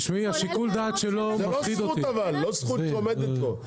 זאת לא זכות שעומדת לו.